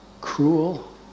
cruel